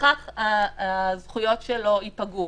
ובכך הזכויות שלו ייפגעו.